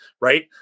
right